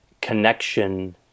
connection